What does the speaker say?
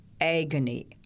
agony